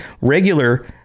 regular